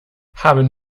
haben